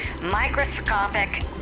microscopic